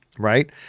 right